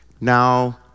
Now